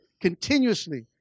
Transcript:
continuously